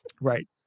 right